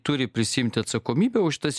turi prisiimti atsakomybę už tas